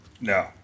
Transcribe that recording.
No